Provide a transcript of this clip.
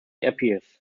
appears